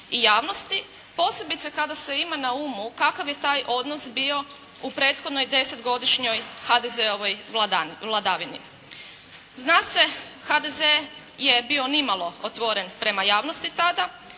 i javnosti posebice kada se ima na umu kakav je taj odnos bio u prethodnoj desetgodišnjoj HDZ-ovoj vladavini. Zna se HDZ je bio nimalo otvoren prema javnosti tada,